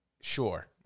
Sure